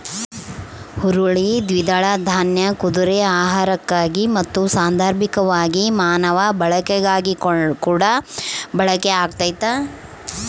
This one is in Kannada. ಹುರುಳಿ ದ್ವಿದಳ ದಾನ್ಯ ಕುದುರೆ ಆಹಾರಕ್ಕಾಗಿ ಮತ್ತು ಸಾಂದರ್ಭಿಕವಾಗಿ ಮಾನವ ಬಳಕೆಗಾಗಿಕೂಡ ಬಳಕೆ ಆಗ್ತತೆ